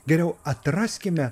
geriau atraskime